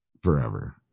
forever